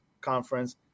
conference